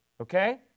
Okay